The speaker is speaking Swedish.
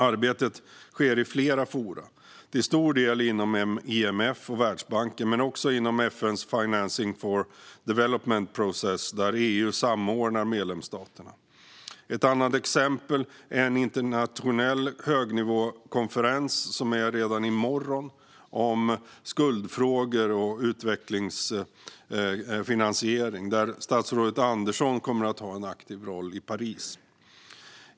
Arbetet sker i flera forum, till stor del inom IMF och Världsbanken men också inom FN:s Financing for Development-process, där EU samordnar medlemsstaterna. Ett annat exempel är en internationell högnivåkonferens om skuldfrågor och utvecklingsfinansiering, vilken ska äga rum redan i morgon i Paris och där statsrådet Andersson kommer att ha en aktiv roll.